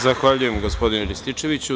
Zahvaljujem gospodine Rističeviću.